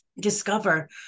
discover